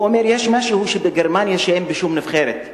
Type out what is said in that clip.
הוא אומר: יש משהו בגרמניה שאין בשום נבחרת אחרת,